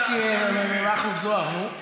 הכנסת מכלוף זוהר, נו.